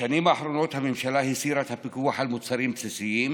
בשנים האחרונות הממשלה הסירה את הפיקוח על מוצרים בסיסיים,